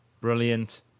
brilliant